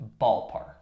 ballpark